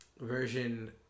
version